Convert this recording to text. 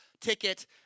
ticket